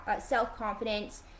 self-confidence